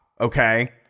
okay